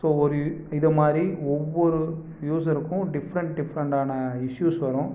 so ஒரு இதை மாதிரி ஒவ்வொரு யூஸர்க்கும் டிஃப்ரெண்ட் டிஃப்ரெண்ட்டான இஷ்யூஸ் வரும்